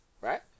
right